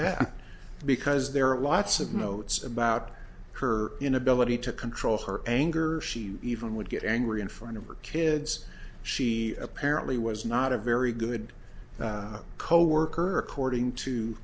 that because there are lots of notes about her inability to control her anger she even would get angry in front of her kids she apparently was not a very good coworker according to